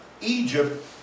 Egypt